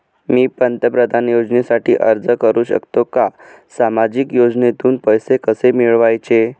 मी पंतप्रधान योजनेसाठी अर्ज करु शकतो का? सामाजिक योजनेतून पैसे कसे मिळवायचे